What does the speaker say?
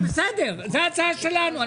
זאת ההצעה שלנו.